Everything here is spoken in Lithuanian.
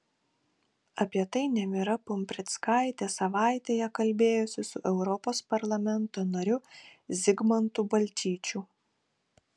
apie tai nemira pumprickaitė savaitėje kalbėjosi su europos parlamento nariu zigmantu balčyčiu